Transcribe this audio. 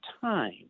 time